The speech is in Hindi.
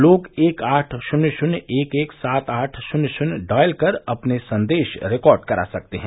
लोग एक आठ शून्य शून्य एक एक सात आठ शून्य शून्य डायल कर अपने संदेश रिकॉर्ड करा सकते हैं